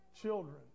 children